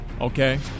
okay